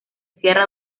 cierra